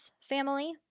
family